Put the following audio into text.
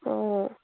অঁ